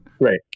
Right